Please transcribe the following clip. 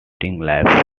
life